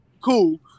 Cool